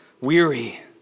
weary